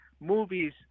movies